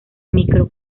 micro